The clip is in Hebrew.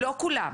כלומר,